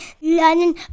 learning